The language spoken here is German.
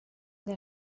der